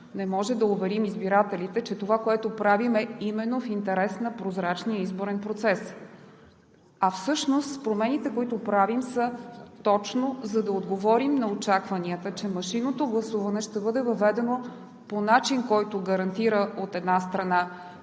не може да уверим избирателите, че това, което правим, е именно в интерес на прозрачния изборен процес. Всъщност промените, които правим, са точно, за да отговорим на очакванията, че машинното гласуване ще бъде въведено по начин, който гарантира, от една страна,